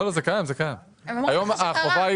הם אומרים לך שזה קרה.